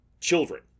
children